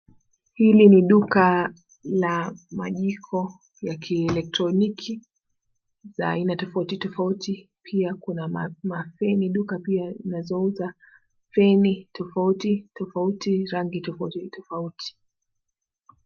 Hili ni duka la majiko ya kielektroniki ya aina tofauti tofauti pia kuna ma feni na pia ni duka inazouza feni tofauti tofauti rangi tofauti tofauti.